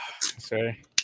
sorry